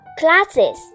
classes